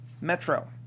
Metro